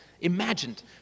imagined